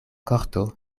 korto